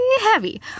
heavy